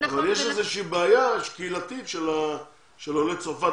אבל יש איזה שהיא בעיה קהילתית של עולי צרפת,